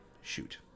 shoot